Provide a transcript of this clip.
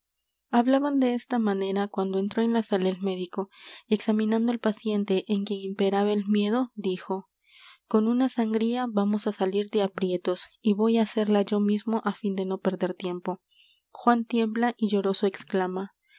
hablaban de esta manera cuando entró en la sala el médico y examinando al paciente en quien imperaba el miedo dijo con una sangría vamos á salir de aprietos y voy á hacerla yo mismo á fin de no perder tiempo juan tiembla y lloroso exclama